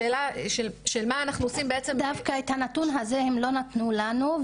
השאלה של מה אנחנו עושים --- דווקא את הנתון הזה הם לא נתנו לנו,